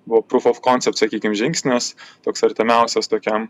buvo prūf of koncept sakykim žingsnis toks artimiausias tokiam